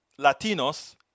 Latinos